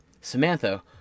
Samantha